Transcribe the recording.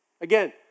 Again